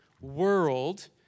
world